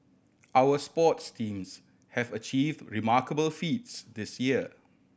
our sports teams have achieved remarkable feats this year